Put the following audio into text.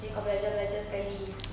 then kau belajar belajar sekali